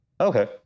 Okay